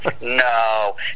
No